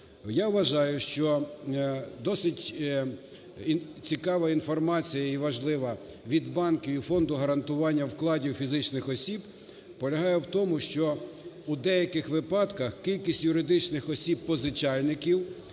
Я вважаю, що досить цікава інформація і важлива від банків, і Фонду гарантування вкладів фізичних осіб полягає в тому, що у деяких випадках кількість юридичних осіб-позичальників,